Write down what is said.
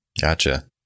Gotcha